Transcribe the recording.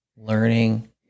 learning